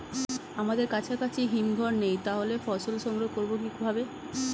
আমাদের কাছাকাছি হিমঘর নেই তাহলে ফসল সংগ্রহ করবো কিভাবে?